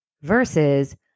versus